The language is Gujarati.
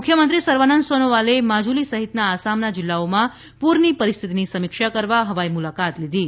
મુખ્યમંત્રી સર્વાનંદ સોનોવાલે માજુલી સહિતના આસામના જિલ્લાઓમાં પૂરની પરિસ્થિતિની સમીક્ષા કરવા હવાઈ મુલાકાત લીધી છે